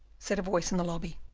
said a voice in the lobby.